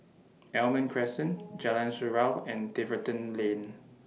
Almond Crescent Jalan Surau and Tiverton Lane